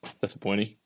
disappointing